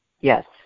Yes